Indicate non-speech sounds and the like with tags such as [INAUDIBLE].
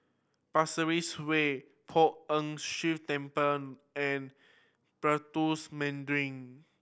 Pasir Ris Way Poh Ern Shih Temple and [UNINTELLIGIBLE] Mandarin